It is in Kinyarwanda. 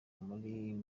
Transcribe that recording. muri